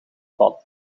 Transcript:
bad